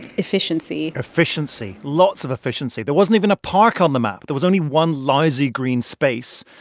efficiency. efficiency lots of efficiency. there wasn't even a park on the map. there was only one lousy green space,